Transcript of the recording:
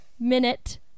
minute